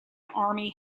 army